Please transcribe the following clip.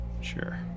Sure